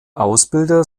ausbilder